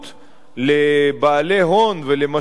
לבעלי הון ולמשקיעים,